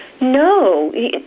no